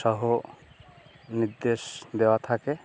সহ নির্দেশ দেওয়া থাকে